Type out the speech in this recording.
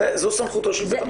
זו סמכותו של בית משפט.